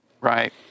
Right